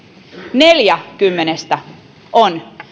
neljä kymmenestä on